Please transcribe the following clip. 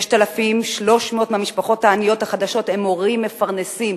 6,300 מהמשפחות העניות החדשות הם הורים מפרנסים,